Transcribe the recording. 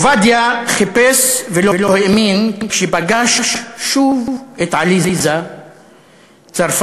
עובדיה חיפש ולא האמין כשפגש שוב את עליזה צרפתי,